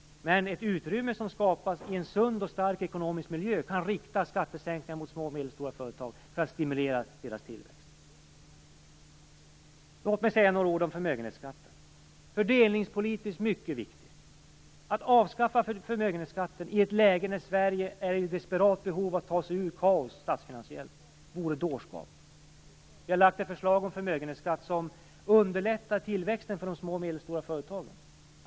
Men ett utrymme som skapas i en sund och stark ekonomisk miljö gör att man kan rikta skattesänkningar mot små och medelstora företag för att stimulera deras tillväxt. Låt mig säga några ord om förmögenhetsskatten. Fördelningspolitiskt är den mycket viktig. Att avskaffa förmögenhetsskatten i ett läge där Sverige är i desperat behov av att ta sig ur ett statsfinansiellt kaos vore dårskap. Vi har lagt fram förslag om förmögenhetsskatt som underlättar tillväxten för de små och medelstora företagen.